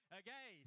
okay